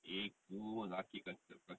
ache semua sakit kaki